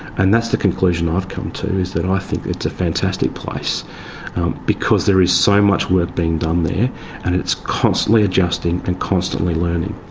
and that's the conclusion i've come to, is that i think it's a fantastic place because there is so much work being done there and it's constantly adjusting and constantly learning.